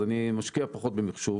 אז אני משקיע פחות במחשוב,